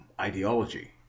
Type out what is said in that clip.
ideology